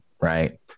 Right